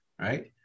right